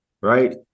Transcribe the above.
right